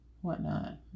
whatnot